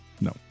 No